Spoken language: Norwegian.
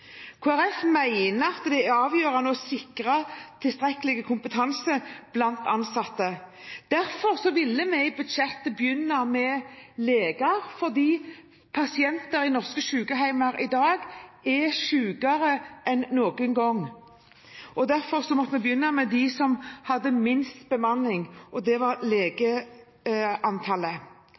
det er avgjørende å sikre tilstrekkelig kompetanse blant de ansatte. Derfor ville vi i budsjettet begynne med leger, for pasienter i norske sykehjem i dag er sykere enn noen gang, og derfor måtte vi begynne der det er lavest bemanning: med legeantallet. Flere og